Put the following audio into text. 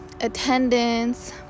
attendance